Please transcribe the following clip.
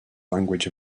language